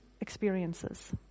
experiences